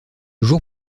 jour